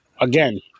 again